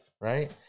Right